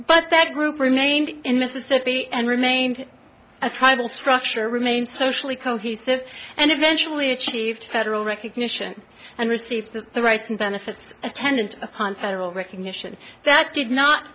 but that group remained in mississippi and remained a tribal structure remained socially cohesive and eventually achieved federal recognition and received the the rights and benefits attendant upon federal recognition that did not